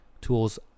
tools